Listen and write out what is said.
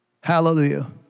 Hallelujah